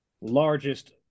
largest